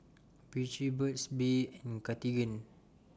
Vichy Burt's Bee and Cartigain